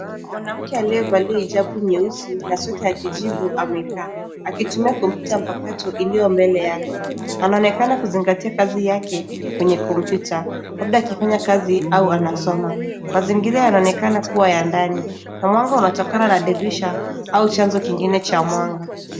Mwanamke aliyevalia hijabu nyeusi na sweater ya kijivu, amekaa. Akitumia komputa mpakato iliyo mbele yake. Anaonekana kuzingatia kazi yake kwenye kompyuta. Labda akifanya kazi au anasoma. Mazingira yanaonekana kuwa ya ndani na mwanga unatokana na dirisha au chanzo kingine cha mwanga .